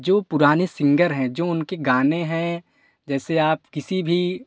जो पुराने सिंगर हैं जो उनके गाने हैं जैसे आप किसी भी